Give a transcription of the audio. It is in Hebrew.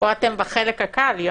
פה הייתם בחלק הקל כל